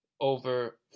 over